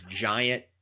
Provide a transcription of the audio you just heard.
giant –